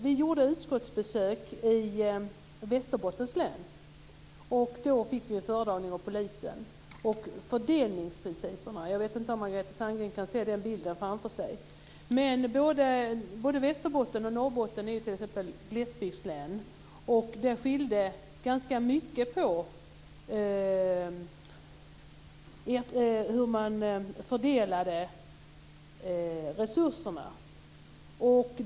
Vi gjorde utskottsbesök i Västerbottens län och fick då en föredragning av polisen. Jag vet inte om Margareta Sandgren kan se bilden med fördelningsprinciperna framför sig. Både Västerbotten och Norrbotten är glesbygdslän, och det skilde ganska mycket på hur man fördelade resurserna.